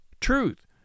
Truth